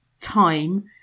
time